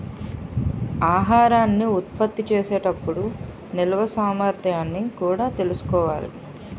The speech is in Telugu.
ఆహారాన్ని ఉత్పత్తి చేసే టప్పుడు నిల్వ సామర్థ్యాన్ని కూడా తెలుసుకోవాలి